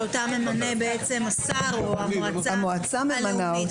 שאותה ממנה השר או המועצה הלאומית.